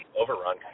Overrun